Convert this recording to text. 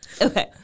okay